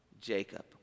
Jacob